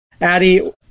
Addie